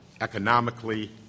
economically